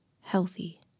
healthy